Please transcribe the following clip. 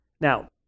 Now